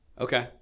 Okay